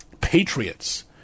Patriots